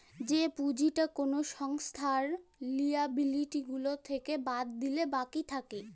যে পুঁজিটা কোনো সংস্থার লিয়াবিলিটি গুলো থেকে বাদ দিলে বাকি থাকে